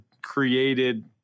created